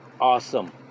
Awesome